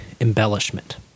embellishment